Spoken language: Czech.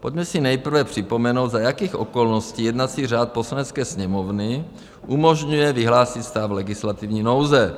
Pojďme si nejprve připomenout, za jakých okolností jednací řád Poslanecké sněmovny umožňuje vyhlásit stav legislativní nouze.